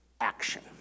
action